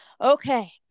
Okay